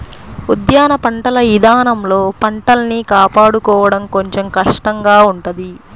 ఉద్యాన పంటల ఇదానంలో పంటల్ని కాపాడుకోడం కొంచెం కష్టంగా ఉంటది